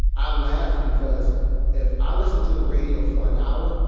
i laugh because if i listen to the radio for an hour,